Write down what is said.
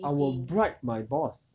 I'll bribe my boss